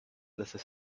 dessas